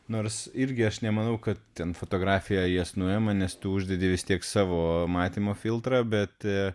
nors irgi aš nemanau kad ten fotografija jas nuima nes tu uždedi vis tiek savo matymo filtrą bet